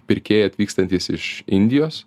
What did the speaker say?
pirkėjai atvykstantys iš indijos